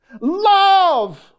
love